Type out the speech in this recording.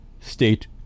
state